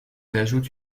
ajoutent